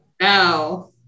No